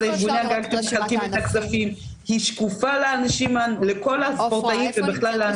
היא שקופה לכל הספורטאים ובכלל לענף הספורט.